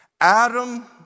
Adam